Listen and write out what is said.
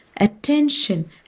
attention